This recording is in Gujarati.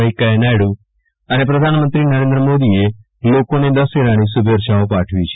વેંકૈયા નાયડુ અને પ્રધાનમંત્રી નરેન્દ્ર મોદીએ લોકોને દશેરાની શુભેચ્છાઓ પાઠવી છે